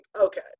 okay